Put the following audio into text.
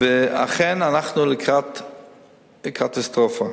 ואכן אנחנו לקראת קטסטרופה.